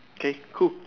okay cool